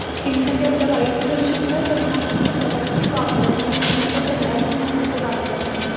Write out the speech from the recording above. स्किनसाठी आपल्या वाईट ठरू शकतात जेव्हा आपण ते व्यवस्थित वापरत नाही कुणाचा सल्ला घेऊन आपण ते वापरत नाही